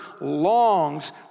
longs